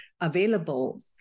available